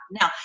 Now